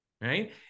right